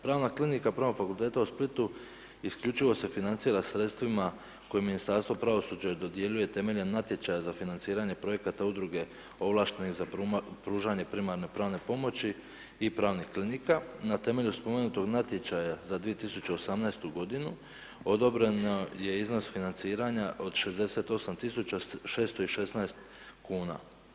Pravna klinika Pravnog fakultetu u Splitu, isključivo se financira sredstva kojima Ministarstvo pravosuđa dodjeljuju temeljem natječaja za financiranje, projekata udruge ovlaštene za pružanje primarnih pravne pomoći i pravnih klinika na temelju spomenutog natječaja za 2018. g. odobreno je iznos financiranja od 68 tisuća 616 kn.